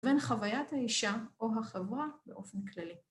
‫בין חוויית האישה או החברה ‫באופן כללי.